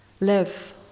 Live